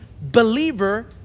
believer